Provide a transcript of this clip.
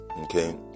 Okay